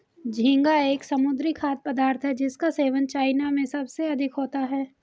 झींगा एक समुद्री खाद्य पदार्थ है जिसका सेवन चाइना में सबसे अधिक होता है